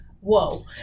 whoa